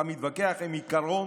אתה מתווכח עם עיקרון